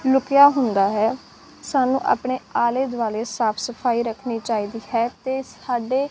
ਲੁਕਿਆ ਹੁੰਦਾ ਹੈ ਸਾਨੂੰ ਆਪਣੇ ਆਲੇ ਦੁਆਲੇ ਸਾਫ ਸਫਾਈ ਰੱਖਣੀ ਚਾਹੀਦੀ ਹੈ ਅਤੇ ਸਾਡੇ